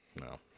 No